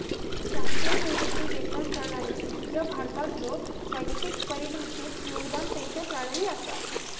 राष्ट्रीय निवृत्ती वेतन प्रणाली ह्या भारतातलो स्वैच्छिक परिभाषित योगदान पेन्शन प्रणाली असा